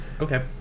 Okay